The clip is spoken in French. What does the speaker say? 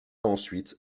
ensuite